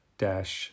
dash